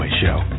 Show